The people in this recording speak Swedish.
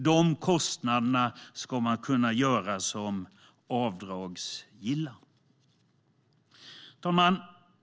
De kostnaderna ska göras avdragsgilla. Herr talman!